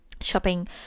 shopping